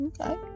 okay